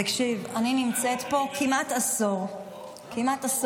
תקשיב, אני נמצאת פה כמעט עשור בכנסת.